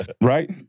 Right